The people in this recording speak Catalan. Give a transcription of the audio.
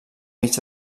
mig